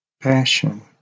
passion